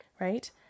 right